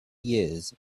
years